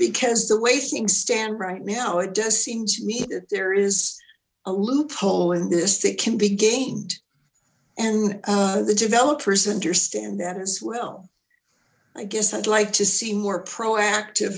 because the way things stand right now it does seem to me that there is a loophole that can be gamed and the developers understand that as well i guess i'd like to see more proactive